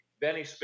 Benny